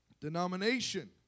denomination